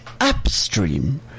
upstream